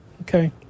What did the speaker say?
Okay